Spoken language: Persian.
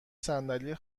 صندلی